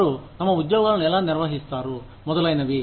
వారు తమ ఉద్యోగాలను ఎలా నిర్వహించారు మొదలైనవి